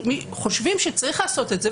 חושבים שצריך לעשות את זה,